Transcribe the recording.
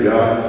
God